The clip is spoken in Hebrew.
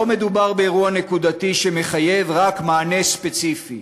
לא מדובר באירוע נקודתי שמחייב רק מענה ספציפי.